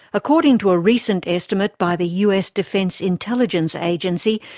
according to a recent estimate by the us defence intelligence agency,